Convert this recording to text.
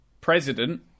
president